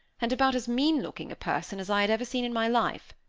and about as mean-looking a person as i had ever seen in my life.